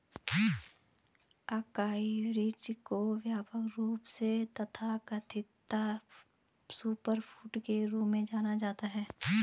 acai berries को व्यापक रूप से तथाकथित सुपरफूड के रूप में जाना जाता है